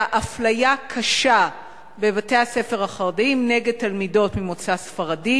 אפליה קשה בבתי-הספר החרדיים נגד תלמידות ממוצא ספרדי.